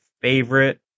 favorite